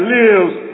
lives